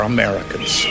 Americans